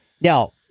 now